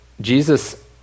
Jesus